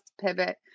pivot